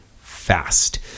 fast